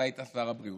אתה היית שר הבריאות.